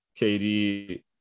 KD